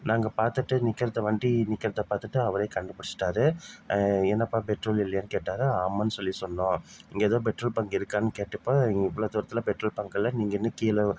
நாங்கள் பார்த்துட்டு நிக்கிறதை வண்டி நிக்கிறதை பார்த்துட்டு அவரே கண்டுபிடிச்சிட்டாரு என்னப்பா பெட்ரோல் இல்லையான்னு கேட்டார் ஆமான்னு சொல்லி சொன்னோம் இங்கே எதுவும் பெட்ரோல் பங்க் இருக்கான்னு கேட்டப்போ இங்கே இவ்வளோ தூரத்தில் பெட்ரோல் பங்க் இல்லை நீங்கள் இன்னும் கீழே